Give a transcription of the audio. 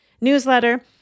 newsletter